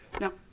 Now